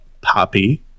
poppy